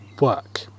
work